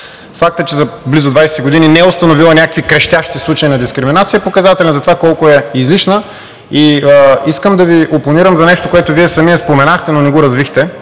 Фактът, че за близо 20 години не е установила някакви крещящи случаи на дискриминация, е показателен за това колко е излишна. Искам да Ви опонирам за нещо, което Вие самият споменахте, но не го развихте.